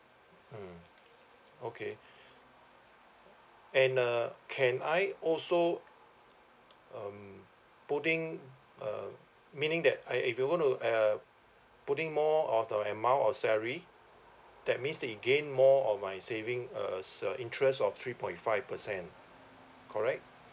mm okay and uh can I also um putting uh meaning that I if I want to uh putting more of the amount or salary that means it gain more of my saving uh interest of three point five percent correct